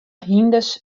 hynders